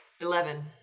Eleven